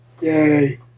yay